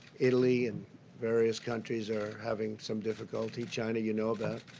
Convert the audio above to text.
italy and various countries are having some difficulty. china, you know about,